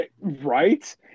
Right